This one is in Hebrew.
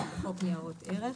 לחוק ניירות ערך.